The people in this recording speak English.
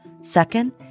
Second